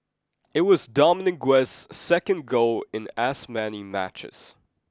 it was Dominguez's second goal in as many matches